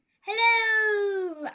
Hello